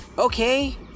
okay